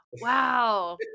Wow